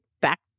back